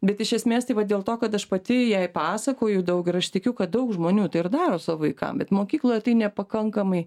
bet iš esmės tai vat dėl to kad aš pati jai pasakoju daug ir aš tikiu kad daug žmonių tai ir daro savo vaikam bet mokykloje tai nepakankamai